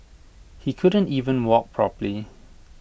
he couldn't even walk properly